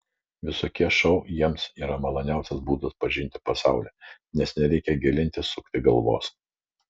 visokie šou jiems yra maloniausias būdas pažinti pasaulį nes nereikia gilintis sukti galvos